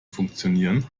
funktionieren